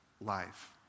life